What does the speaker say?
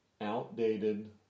outdated